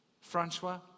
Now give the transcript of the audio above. Francois